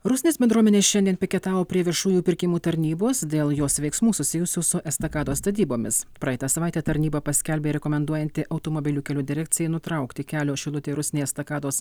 rusnės bendruomenė šiandien piketavo prie viešųjų pirkimų tarnybos dėl jos veiksmų susijusių su estakados statybomis praeitą savaitę tarnyba paskelbė rekomenduojanti automobilių kelių direkcijai nutraukti kelio šilutė rusnė estakados